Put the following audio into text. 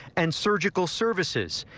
and surgical services.